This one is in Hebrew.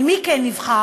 אבל מי כן נבחר?